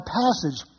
passage